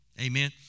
Amen